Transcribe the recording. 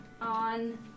On